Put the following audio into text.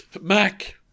Mac